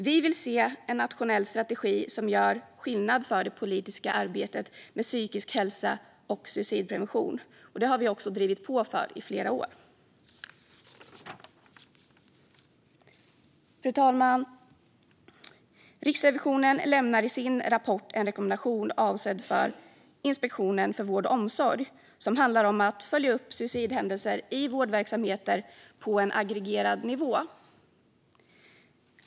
Vi vill se en nationell strategi som gör skillnad för det politiska arbetet med psykisk hälsa och suicidprevention, och detta har vi också drivit på för i flera år. Fru talman! Riksrevisionen lämnar i sin rapport en rekommendation avsedd för Inspektionen för vård och omsorg om att följa upp suicidhändelser i vårdverksamheter på en aggregerad nivå.